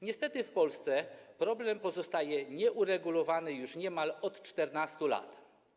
Niestety w Polsce problem pozostaje nieuregulowany już od niemal 14 lat.